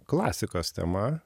klasikos tema